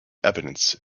evidence